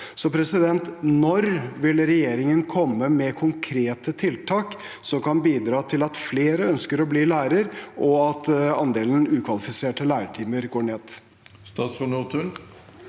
Så når vil regjeringen komme med konkrete tiltak som kan bidra til at flere ønsker å bli lærer, og at andelen ukvalifiserte lærertimer går ned?